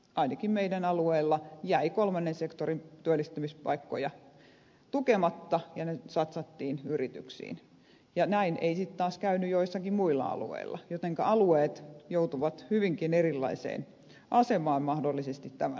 ainakin meidän alueellamme jäi kolmannen sektorin työllistämispaikkoja tukematta ja nyt satsattiin yrityksiin ja näin ei sitten taas käynyt joillakin muilla alueilla jotenka alueet joutuvat hyvinkin erilaiseen asemaan mahdollisesti tämän mukaisesti